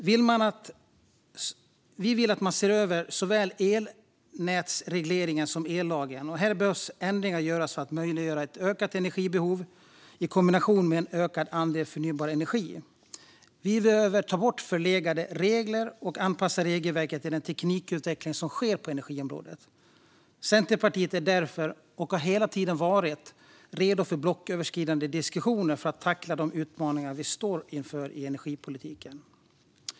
Vi vill att man ser över såväl elnätsregleringen som ellagen. Här behöver ändringar göras för att möjliggöra ett ökat energibehov i kombination med en ökad andel förnybar energi. Vi behöver ta bort förlegade regler och anpassa regelverket till den teknikutveckling som sker på energiområdet. Centerpartiet är därför, och har hela tiden varit, redo för blocköverskridande diskussioner för att tackla de utmaningar vi står inför i energipolitiken.